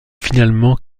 finalement